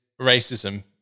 racism